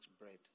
bread